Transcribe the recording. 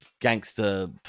gangster